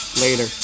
Later